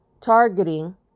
targeting